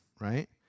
right